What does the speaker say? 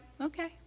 okay